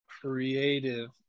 creative